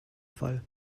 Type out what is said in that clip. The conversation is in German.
fall